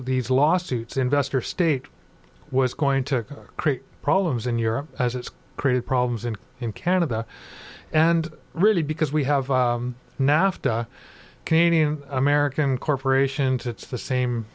these lawsuits investor state was going to create problems in europe as it's created problems in canada and really because we have nafta caning american corporation to it's the same